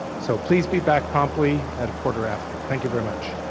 so please be back promptly at a quarter after. thank you very much.